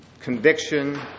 conviction